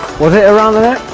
was it around the net?